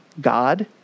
God